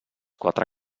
quatre